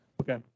okay